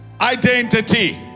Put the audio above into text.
identity